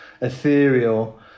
ethereal